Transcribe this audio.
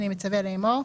אני מצווה לאמור: